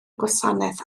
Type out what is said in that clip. gwasanaeth